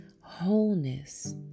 wholeness